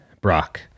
Brock